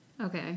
Okay